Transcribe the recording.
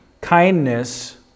Kindness